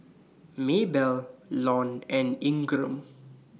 Maybell Lon and Ingram